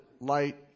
light